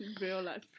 Real-life